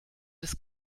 des